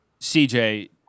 CJ